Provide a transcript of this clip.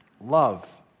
Love